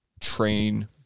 train